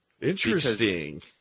Interesting